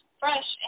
fresh